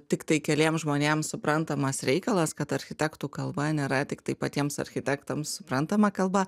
tiktai keliem žmonėm suprantamas reikalas kad architektų kalba nėra tiktai patiems architektams suprantama kalba